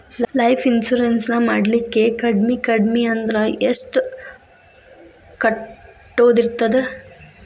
Life insurance ನ ಮಾಡ್ಲಿಕ್ಕೆ ಕಡ್ಮಿ ಕಡ್ಮಿ ಅಂದ್ರ ಎಷ್ಟ್ ಕಟ್ಟೊದಿರ್ತದ?